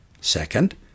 Second